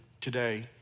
today